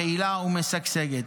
פעילה ומשגשגת.